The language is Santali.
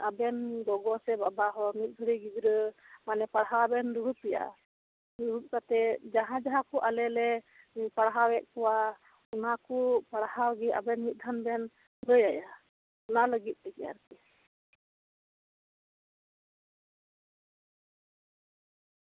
ᱟᱵᱮᱱ ᱜᱚᱜᱚ ᱦᱚᱲ ᱥᱮ ᱵᱟᱵᱟ ᱦᱚᱲ ᱢᱤᱫ ᱜᱷᱟᱹᱲᱤᱡ ᱜᱤᱫᱽᱨᱟᱹ ᱯᱟᱲᱦᱟᱣ ᱵᱮᱱ ᱫᱩᱲᱩᱵᱮᱭᱟ ᱫᱩᱲᱩᱵ ᱠᱟᱛᱮ ᱡᱟᱦᱟᱸᱼᱡᱟᱦᱟᱸ ᱠᱚ ᱟᱞᱮ ᱞᱮ ᱯᱟᱲᱦᱟᱣᱮᱫ ᱠᱚᱣᱟ ᱚᱱᱟ ᱠᱚ ᱢᱤᱫ ᱫᱷᱟᱢ ᱠᱟᱛᱮ ᱟᱵᱚᱱ ᱵᱚᱱ ᱞᱟᱹᱭᱟᱭᱟ ᱚᱱᱟ ᱞᱟᱹᱜᱤᱫ ᱛᱮ